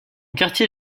quartier